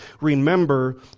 remember